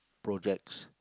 projects